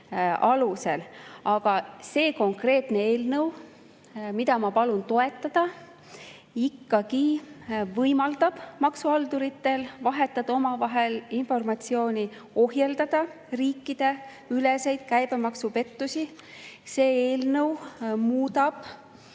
alusel. Aga see konkreetne eelnõu, mida ma palun toetada, ikkagi võimaldab maksuhalduritel vahetada omavahel informatsiooni ja ohjeldada riikideüleseid käibemaksupettusi. See eelnõu muudab